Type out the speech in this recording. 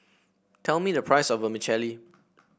tell me the price of Vermicelli